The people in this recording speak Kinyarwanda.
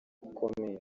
komini